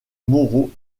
moraux